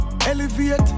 elevate